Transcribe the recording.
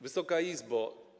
Wysoka Izbo!